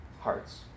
hearts